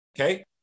Okay